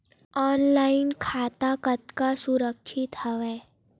Online खाता कतका सुरक्षित हवय?